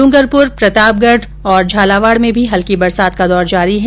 इंगरपुर प्रतापगढ़ और झालावाड में भी हल्की बरसात का दौर जारी है